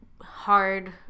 hard